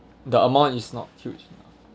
the amount is not huge